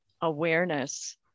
awareness